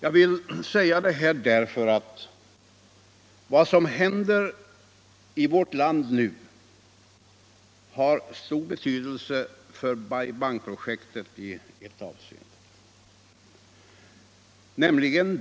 Jag vill säga detta därför att vad som händer i vårt land nu har stor betydelse för Bai Bang-projektet i ett avseende.